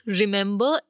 remember